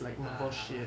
ah ah ah